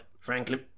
Franklin